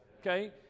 Okay